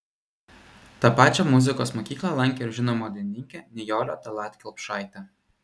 tą pačią muzikos mokyklą lankė ir žinoma dainininkė nijolė tallat kelpšaitė